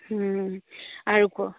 আৰু ক